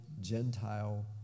Gentile